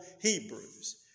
Hebrews